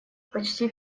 почти